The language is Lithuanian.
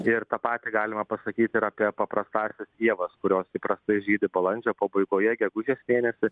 ir tą patį galima pasakyt ir apie paprastąsias ievas kurios įprastai žydi balandžio pabaigoje gegužės mėnesį